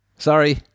Sorry